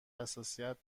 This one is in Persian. حساسیت